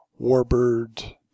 warbird